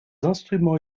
instruments